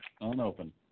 unopened